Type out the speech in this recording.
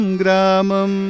gramam